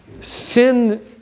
Sin